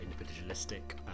individualistic